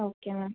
okay ma'am